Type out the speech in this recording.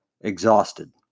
exhausted